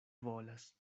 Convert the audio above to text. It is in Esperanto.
volas